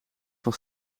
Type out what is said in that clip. van